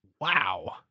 Wow